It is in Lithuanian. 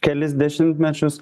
kelis dešimtmečius